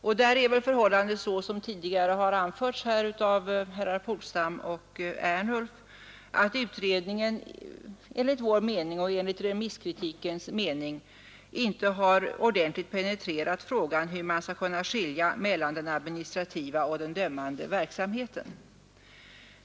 Och där är förhållandet — såsom tidigare har anförts här av herrar Polstam och Ernulf — att utredningen enligt vår mening och enligt remisskritikens mening inte har ordentligt penetrerat frågan hur man skall kunna skilja mellan den administrativa och den dömande verksamheten.